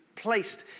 placed